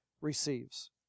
receives